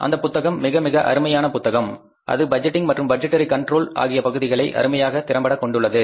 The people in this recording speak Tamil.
அந்தப் புத்தகம் மிக மிக அருமையான புத்தகம் அது பட்ஜெட்டிங் மற்றும் பட்ஜெட்டேரி கன்ட்ரோல் ஆகிய பகுதிகளை அருமையாக திறம்பட கொண்டுள்ளது